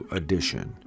edition